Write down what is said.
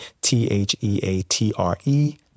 T-H-E-A-T-R-E